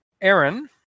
Aaron